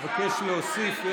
נבקש להוסיף: